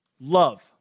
love